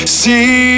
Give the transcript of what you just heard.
see